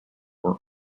were